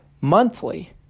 monthly